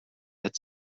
had